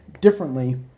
differently